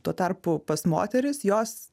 tuo tarpu pas moteris jos